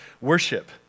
worship